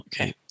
okay